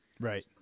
Right